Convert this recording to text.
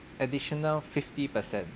additional fifty percent